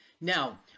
Now